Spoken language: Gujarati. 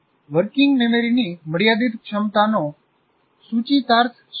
વર્કિંગ મેમરીની મર્યાદિત ક્ષમતાનો સુચિતાર્થ શું છે